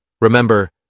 Remember